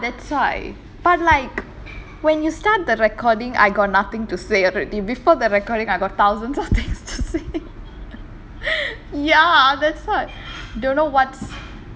when you start the recording I got nothing to say already before the recording I got thousands of things to say